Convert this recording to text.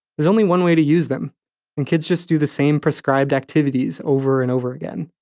there's only one way to use them and kids just do the same prescribed activities over and over again.